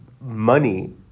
money